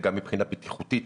גם מבחינה בטיחותית,